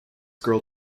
girl